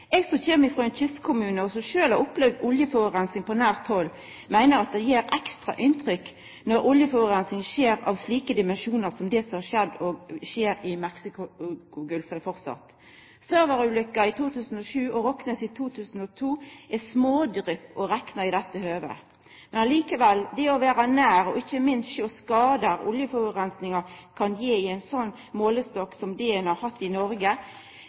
Eg som kjem frå ein kystkommune, og som sjølv har opplevd oljeforureining på nært hald, meiner at det gjer ekstra inntrykk når oljeforureining skjer i slike dimensjonar som det som har skjedd og framleis skjer i Mexicogolfen. «Server»-ulukka i 2007 og «Rocknes» i 2002 er smådrypp å rekna i dette høvet. Men likevel – det å vera nær og ikkje minst sjå skadar som oljeforureinga kan gje i ein slik målestokk som det ein har hatt i Noreg,